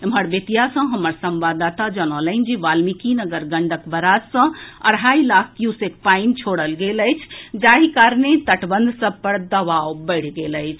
एम्हर बेतिया सँ हमर संवाददाता जनौलनि जे वाल्मीकिनगर गंडक बराज सँ अढ़ाई लाख क्यूसेक पानि छोड़ल गेल अछि जाहि कारणे तटबंध सभ पर दबाव बढ़ि गेल अछि